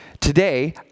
today